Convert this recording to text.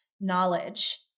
knowledge